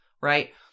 right